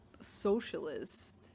socialist